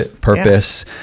purpose